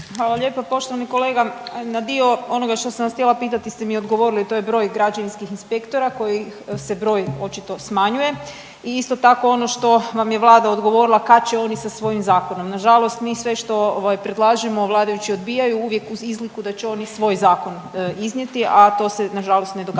Hvala lijepa. Poštovani kolega na dio onoga što sam vas htjela pitati ste mi odgovorili to je broj građevinskih inspektora koji se broj očito smanjuje i isto tako ono što vam je Vlada odgovorila kada će oni sa svojim zakonom. Na žalost mi sve što predlažemo vladajući odbijaju uvijek uz izliku da će oni svoj zakon iznijeti, a to se na žalost ne događa.